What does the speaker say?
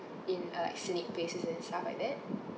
in a scenic place is there any stuff like that